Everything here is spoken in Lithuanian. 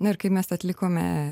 na ir kaip mes atlikome